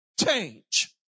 Change